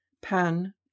Pan